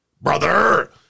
Brother